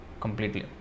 completely